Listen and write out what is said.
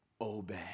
obey